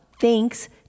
thanks